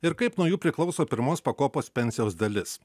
ir kaip nuo jų priklauso pirmos pakopos pensijos dalis